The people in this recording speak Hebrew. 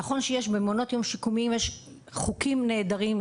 נכון שיש במעונות יום שיקומיים חוקים נהדרים,